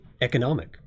economic